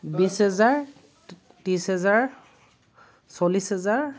বিছ হাজাৰ ত্ৰিছ হাজাৰ চল্লিছ হাজাৰ